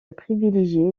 privilégié